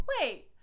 wait